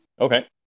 Okay